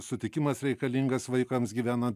sutikimas reikalingas vaikams gyvenant